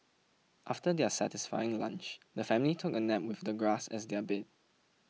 after their satisfying lunch the family took a nap with the grass as their bed